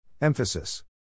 Emphasis